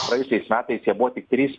praėjusiais metais jie buvo tik trys